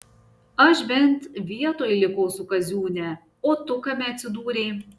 aš bent vietoj likau su kaziūne o tu kame atsidūrei